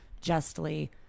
justly